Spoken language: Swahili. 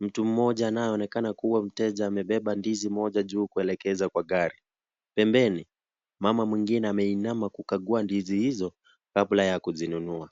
Mtu mmoja anayeonekana kuwa mteja amebeba ndizi juu kuelekea kwa gari. Pembeni, mama mwingine ameinama kukagua ndizi hizo, kabla ya kuzinunua.